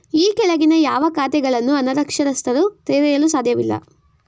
ಈ ಕೆಳಗಿನ ಯಾವ ಖಾತೆಗಳನ್ನು ಅನಕ್ಷರಸ್ಥರು ತೆರೆಯಲು ಸಾಧ್ಯವಿಲ್ಲ?